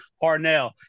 Parnell